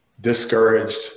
discouraged